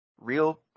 real